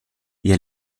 ihr